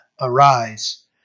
arise